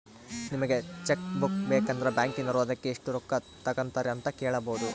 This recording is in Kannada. ನಿಮಗೆ ಚಕ್ ಬುಕ್ಕು ಬೇಕಂದ್ರ ಬ್ಯಾಕಿನೋರು ಅದಕ್ಕೆ ಎಷ್ಟು ರೊಕ್ಕ ತಂಗತಾರೆ ಅಂತ ಕೇಳಬೊದು